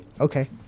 okay